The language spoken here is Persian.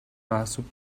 محسوب